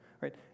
Right